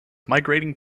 migrating